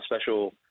special